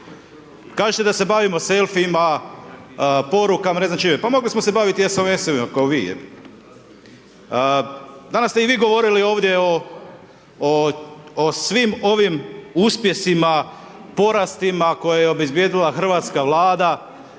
Kažete da se bavimo selfijima, porukama, ne znam čime. Pa mogli smo se baviti SMS-ovima kao vi. Danas ste i vi govorili ovdje o svim ovim uspjesima, porastima koje je obezbijedila hrvatska Vlada.